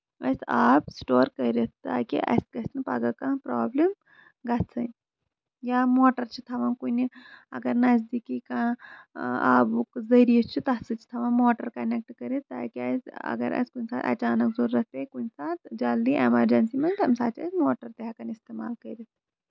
أسۍ آب سِٹور کٔرِتھ تاکہِ اَسہِ گژھِ نہٕ پَگہہ کانٛہہ پرابلِم گژھنۍ یا موٹر چھِ تھاوان کُنہِ اَگر نَزدیٖکی کانٛہہ آبُک ذٔریعہٕ چھُ تَتھ سۭتۍ چھُ تھاوان موٹر کَنیکٹ کٔرِتھ تاکہِ اَگر اَسہِ کُنہِ ساتہٕ اَچانک ضروٗرت پیٚیہِ کُنہِ ساتہٕ جلدی ایٚمرجنسی منٛز تَمہِ ساتہٕ چھِ أسۍ موٹر تہِ ہیٚکان اِستعمال کٔرِتھ